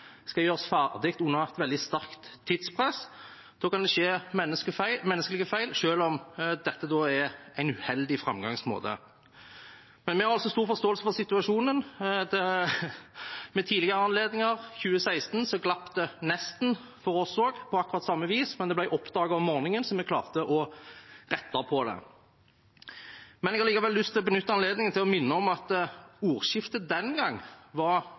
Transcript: skal gjøres ferdig under et veldig sterkt tidspress, kan det skje menneskelige feil, selv om dette er en uheldig framgangsmåte. Men vi har altså stor forståelse for situasjonen. Ved en tidligere anledning, i 2016, glapp det nesten for oss også, på akkurat samme vis, men det ble oppdaget om morgenen, så vi klarte å rette på det. Jeg har likevel lyst til å benytte anledningen til å minne om at ordskiftet den gang var